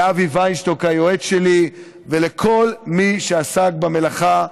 לאבי וינשטוק, היועץ שלי, ולכל מי שעסק במלאכה.